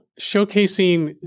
showcasing